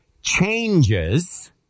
changes